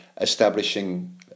establishing